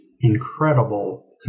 incredible